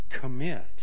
commit